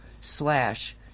slash